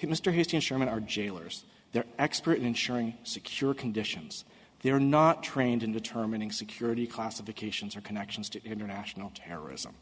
to mr hussein sherman our jailers their expert in ensuring secure conditions they are not trained in determining security classifications or connections to international terrorism